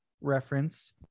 reference